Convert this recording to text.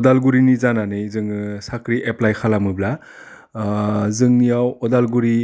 अदालगुरिनि जानानै जोङो साख्रि एप्लाइ खालामोब्ला जोंनियाव अदालगुरि